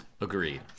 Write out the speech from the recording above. Agreed